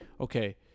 okay